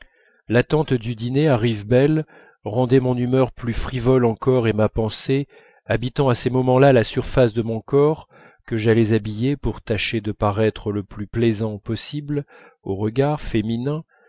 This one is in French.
l'attente du dîner à rivebelle rendait mon humeur plus frivole encore et ma pensée habitant à ces moments-là la surface de mon corps que j'allais habiller pour tâcher de paraître le plus plaisant possible aux regards féminins